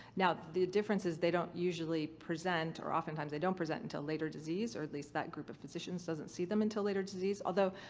now the difference is they don't usually present or often times they don't present until later disease or at least that group of physicians doesn't see them until later disease although,